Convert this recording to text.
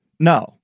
No